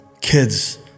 kids